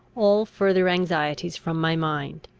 all further anxieties from my mind,